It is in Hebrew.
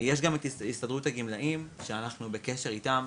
יש גם הסתדרות הגמלאים שאנחנו בקשר איתם,